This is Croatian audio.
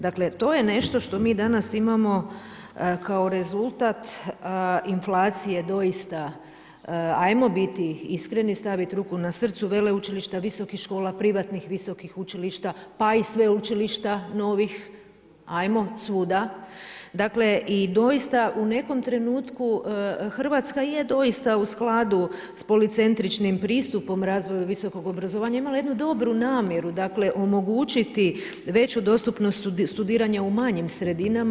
Dakle to je nešto što mi danas imamo kao rezultat inflacije doista, ajmo biti iskreni i staviti ruke na srce veleučilišta, visokih škola, privatnih visokih učilišta, pa i sveučilišta novih ajmo svuda, dakle i doista u nekom trenutku Hrvatska je u skladu s policentričnim pristupom razvoju visokog obrazovanja imala jednu dobru namjeru omogućiti veću dostupnost studiranja u manjim sredinama.